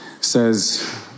says